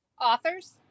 Authors